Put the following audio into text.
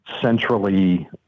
centrally